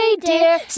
dear